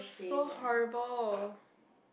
so horrible